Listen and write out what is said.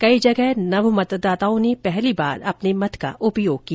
कई जगह नव मतदाताओं ने पहली बार अपने मत का उपयोग किया